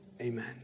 amen